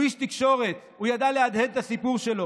הוא איש תקשורת, הוא ידע להדהד את הסיפור שלו,